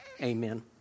amen